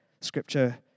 Scripture